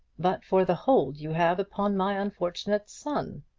but for the hold you have upon my unfortunate son.